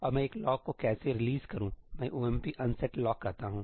और मैं एक लॉक को कैसे रिलीज करूं मैं omp unset lock कहता हूं